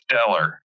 stellar